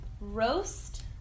Roast